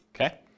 okay